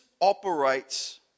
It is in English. operates